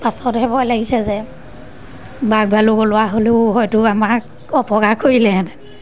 পাছতহে ভয় লাগিছে যে বাঘ ভালুক ওলোৱা হ'লেও হয়তো আমাক অপকাৰ কৰিলেহেতেন